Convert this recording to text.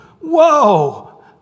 Whoa